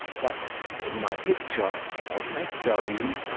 but my picture about west berlin,